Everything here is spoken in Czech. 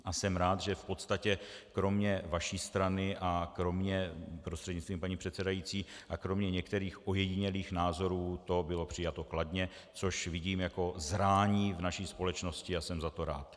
A jsem rád, že v podstatě kromě vaší strany a kromě prostřednictvím paní předsedající některých ojedinělých názorů to bylo přijato kladně, což vidím jako zrání v naší společnosti a jsem za to rád.